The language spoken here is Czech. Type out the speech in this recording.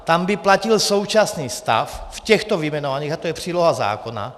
Tam by platil současný stav v těchto vyjmenovaných a to je příloha zákona.